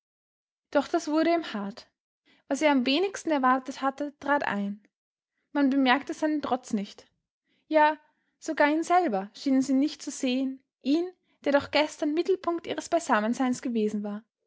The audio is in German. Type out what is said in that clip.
doch das wurde ihm hart was er am wenigsten erwartet hatte trat ein man bemerkte seinen trotz nicht ja sogar ihn selber schienen sie nicht zu sehen ihn der doch gestern mittelpunkt ihres beisammenseins gewesen war